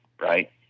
right